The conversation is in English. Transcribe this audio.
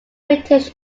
british